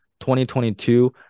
2022